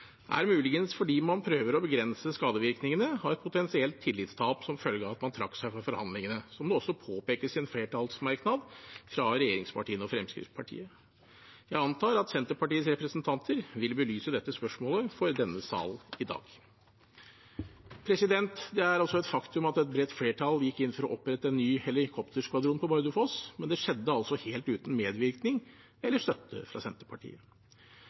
er muligens fordi man prøver å begrense skadevirkningene av et potensielt tillitstap som følge av at man trakk seg fra forhandlingene, som det også påpekes i en flertallsmerknad fra regjeringspartiene og Fremskrittspartiet. Jeg antar at Senterpartiets representanter vil belyse dette spørsmålet for denne sal i dag. Det er altså et faktum at et bredt flertall gikk inn for å opprette en ny helikopterskvadron på Bardufoss, men det skjedde altså helt uten medvirkning eller støtte fra Senterpartiet.